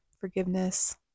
forgiveness